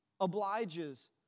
obliges